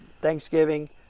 Thanksgiving